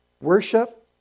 worship